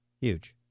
Huge